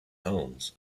homes